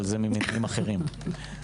אבל זה ממניעים אחרים.